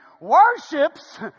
worships